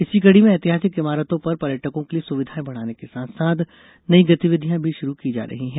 इसी कड़ी में ऐतिहासिक इमारतों पर पर्यटकों के लिए सुविधाएं बढ़ाने के साथ साथ नई गतिविधियां भी षुरु की जा रही हैं